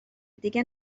دیگه